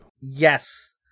yes